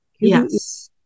Yes